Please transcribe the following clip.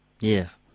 Yes